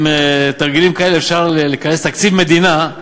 אם עם תרגילים כאלה אפשר לכנס תקציב מדינה,